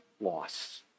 loss